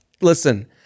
listen